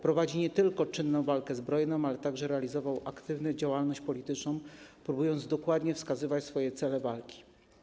Prowadził nie tylko czynną walkę zbrojną, ale także realizował aktywną działalność polityczną, próbując dokładnie wskazywać swoje cele walki.